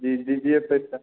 जी दीजिए पैसा